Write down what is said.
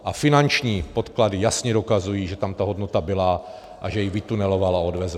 A finanční podklady jasně dokazují, že tam ta hodnota byla a že ji vytuneloval a odvezl.